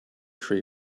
tree